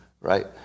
right